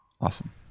Awesome